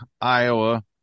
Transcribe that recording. Iowa